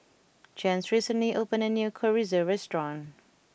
Jens recently opened a new Chorizo restaurant